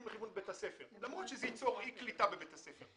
אל כיוון בית הספר למרות שזה ייצור אי-קליטה בבית הספר.